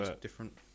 different